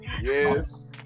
Yes